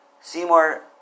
Seymour